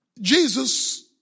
Jesus